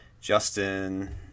Justin